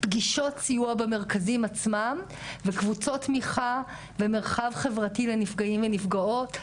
פגישות סיוע במרכזים עצמם וקבוצות תמיכה ומרחב חברתי לנפגעים ונפגעות,